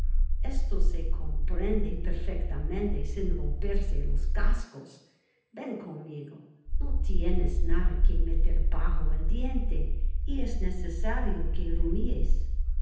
sto se comprende perfectamente sin romperse los cascos ven conmigo no tienes nada que meter bajo el diente y es necesario que